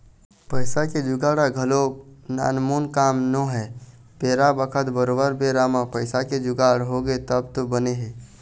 पइसा के जुगाड़ ह घलोक नानमुन काम नोहय बेरा बखत बरोबर बेरा म पइसा के जुगाड़ होगे तब तो बने हे